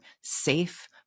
safe